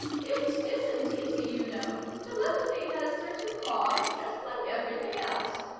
it isn't easy, you know. telepathy has certain laws, just like everything else.